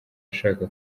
ashaka